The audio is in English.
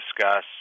discuss